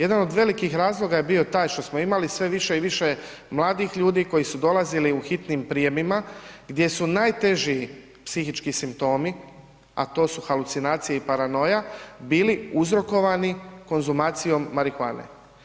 Jedan od velikih razloga je bio taj što smo imali sve više i više mladih ljudi koji su dolazili u hitnim prijemima gdje su najteži psihički simptomi, a to su halucinacije i paranoja, bili uzrokovani konzumacijom marihuane.